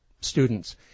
students